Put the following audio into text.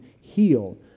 heal